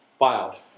filed